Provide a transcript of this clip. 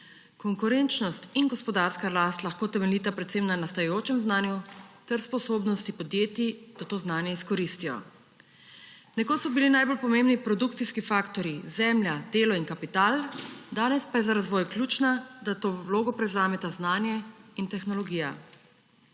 Konkurenčnost in gospodarska rast lahko temeljita predvsem na nastajajočem znanju ter sposobnostih podjetij, da to znanje izkoristijo. Nekoč so bili najbolj pomembni produkcijski faktorji: zemlja, delo in kapital, danes pa je za razvoj ključno, da to vlogo prevzameta znanje in tehnologija.